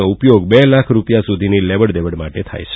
નો ઉપયોગ બે લાખ રૂપિયા સુધીની લેવડ દેવડ માટે થાય છે